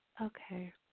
Okay